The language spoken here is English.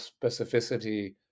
specificity